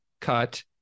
cut